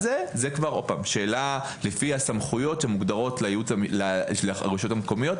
זו שאלה לפי הסמכויות שמוגדרות לרשויות המקומיות,